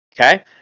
Okay